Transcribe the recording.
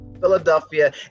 philadelphia